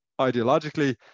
ideologically